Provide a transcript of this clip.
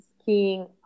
skiing